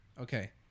Okay